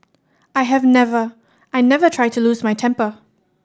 I have never I never try to lose my temper